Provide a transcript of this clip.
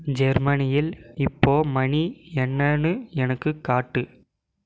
ஜெர்மனியில் இப்போது மணி என்னனு எனக்குக் காட்டு